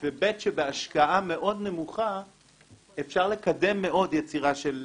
אבל מה שאני אגיד עכשיו כנראה מתייחס למשהו כמו עוד